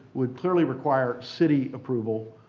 would clearly require city approval,